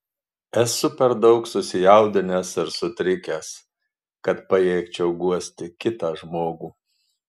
esu per daug susijaudinęs ir sutrikęs kad pajėgčiau guosti kitą žmogų